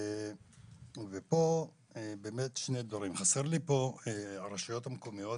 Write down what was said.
פה חסרים לי שני דברים, חסרות הרשויות המקומיות